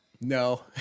No